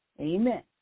Amen